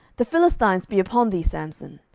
the philistines be upon thee, samson.